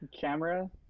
Camera